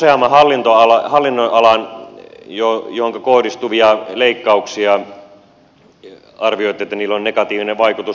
te mainitsitte tuossa useamman hallinnonalan joihin kohdistuvista leikkauksista arvioitte että niillä on negatiivinen vaikutus